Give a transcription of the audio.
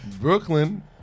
Brooklyn